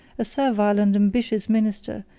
a servile and ambitious minister,